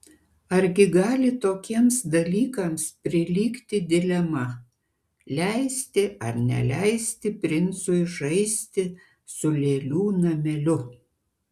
argi gali tokiems dalykams prilygti dilema leisti ar neleisti princui žaisti su lėlių nameliu